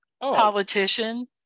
politician